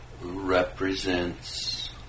represents